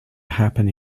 happen